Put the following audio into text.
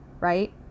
right